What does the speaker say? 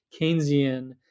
Keynesian